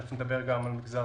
נדבר גם על המגזר